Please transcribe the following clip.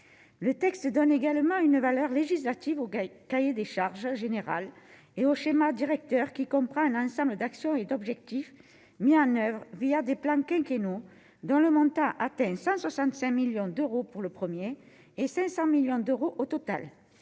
le texte donne également une valeur législative au GAEC cahier des charges, général et au schéma directeur qui comprend un ensemble d'actions et d'objectifs Mian Oeuvres via des plans quinquennaux dont le montant atteint 165 millions d'euros pour le 1er et 500 millions d'euros au total,